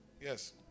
Yes